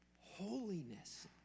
holiness